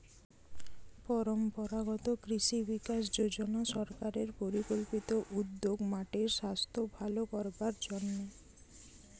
পরম্পরাগত কৃষি বিকাশ যজনা সরকারের পরিকল্পিত উদ্যোগ মাটির সাস্থ ভালো করবার জন্যে